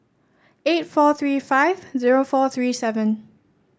eight four three five zero four three seven